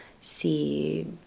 see